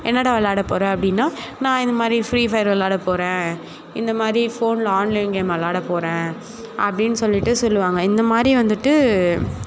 என்னடா விளாட போற அப்படின்னா நான் இந்த மாதிரி ஃப்ரீஃபயர் விளாட போகிறேன் இந்த மாதிரி ஃபோனில் ஆன்லைன் கேம் விளாட போகிறேன் அப்படின்னு சொல்லிட்டு சொல்லுவாங்க இந்த மாதிரி வந்துட்டு